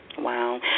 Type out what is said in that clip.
Wow